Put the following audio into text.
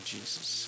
Jesus